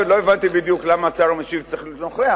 לכן לא הבנתי בדיוק למה השר המשיב צריך להיות נוכח,